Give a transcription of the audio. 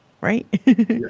right